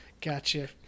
gotcha